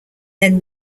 then